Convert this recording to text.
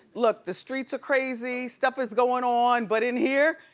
look, the streets are crazy, stuff is going on, but in here,